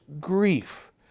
grief